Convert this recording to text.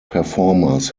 performers